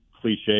cliche